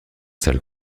sale